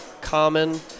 common